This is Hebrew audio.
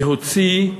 להוציא,